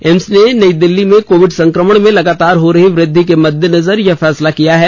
AIIMS ने दिल्ली में Covid संक्रमण में लगातार हो रही वृद्धि के मद्देनजर यह फैसला लिया है